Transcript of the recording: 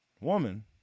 woman